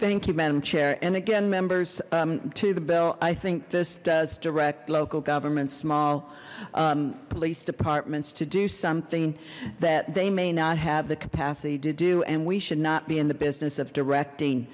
thank you madam chair and again members to the bill i think this does direct local government small police departments to do something that they may not have the capacity to do and we should not be in the business of directing